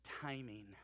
timing